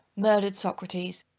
murdered socrates,